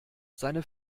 seine